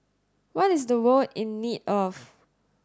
what is the world in need of